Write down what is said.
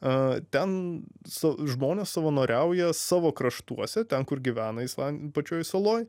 ten žmonės savanoriauja savo kraštuose ten kur gyvena islandai pačioj saloj